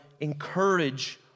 encourage